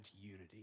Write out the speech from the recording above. unity